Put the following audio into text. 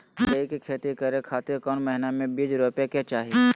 मकई के खेती करें खातिर कौन महीना में बीज रोपे के चाही?